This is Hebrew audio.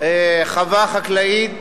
חווה חקלאית